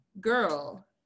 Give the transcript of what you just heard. girl